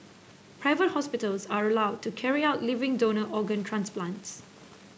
private hospitals are allowed to carry out living donor organ transplants